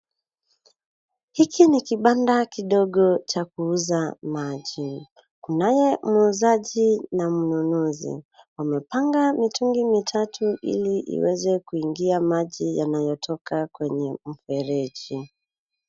Hiki ni kibanda kidogo cha kuuza maji kunaye muuzaji na mnunuzi. Wamepanga mitungi matatu ili iweze kuingia maji yanayotoka kwenye mfereji.